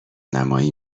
نمایی